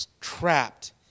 trapped